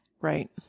Right